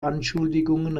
anschuldigungen